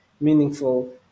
meaningful